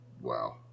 Wow